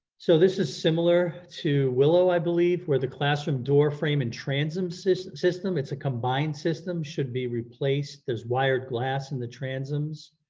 so this is similar to willow, i believe, where the classroom doorframe and transom system, it's a combined system should be replaced there's wired glass and the transoms.